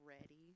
Ready